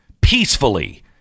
peacefully